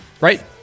right